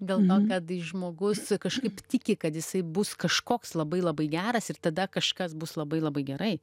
dėl to kad žmogus kažkaip tiki kad jisai bus kažkoks labai labai geras ir tada kažkas bus labai labai gerai